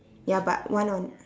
ya but one on